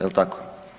Jel' tako?